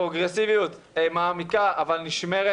הפרוגרסיביות מעמיקה אבל נשמרת,